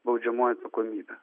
baudžiamoji atsakomybė